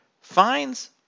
Fines